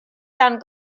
darn